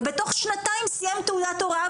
ובתוך שנתיים סיים תעודת הוראה,